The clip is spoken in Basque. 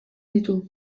ditu